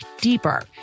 deeper